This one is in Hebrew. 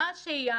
מה השהייה?